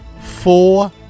four